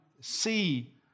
see